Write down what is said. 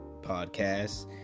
podcast